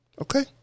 Okay